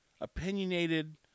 opinionated